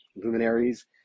luminaries